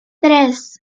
tres